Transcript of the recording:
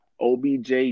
OBJ